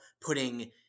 putting